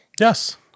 Yes